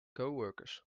coworkers